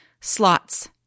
slots